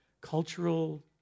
cultural